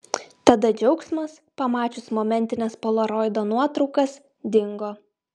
tada džiaugsmas pamačius momentines polaroido nuotraukas dingo